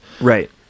Right